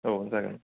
औ जागोन